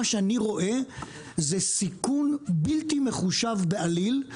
מה שאני רואה זה סיכון בלתי מחושב בעליל,